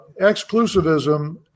exclusivism